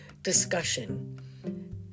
discussion